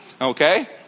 okay